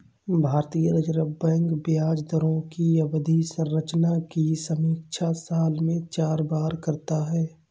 भारतीय reserve bank ब्याज दरों की अवधि संरचना की समीक्षा साल में चार बार करता है